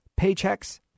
Paychecks